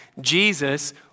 Jesus